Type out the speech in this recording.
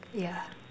yeah